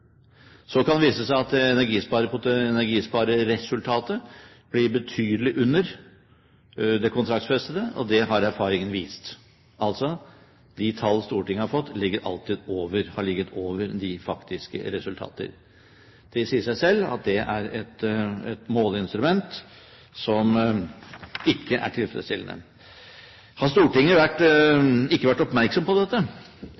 Så kan det vise seg at energispareresultatet blir betydelig under det kontraktsfestede, og det har erfaringen vist. Altså: De tall Stortinget har fått, har alltid ligget over de faktiske resultater. Det sier seg selv at det er et måleinstrument som ikke er tilfredsstillende. Har ikke Stortinget vært